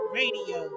radio